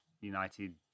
United